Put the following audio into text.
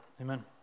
amen